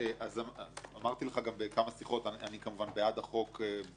אמרתי לך בכמה שיחות אני בעד החוק ובעד